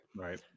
Right